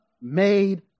made